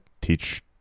teach